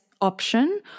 option